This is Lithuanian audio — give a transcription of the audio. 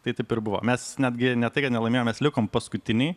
tai taip ir buvo mes netgi ne tai kad nelaimėjom mes liko paskutiniai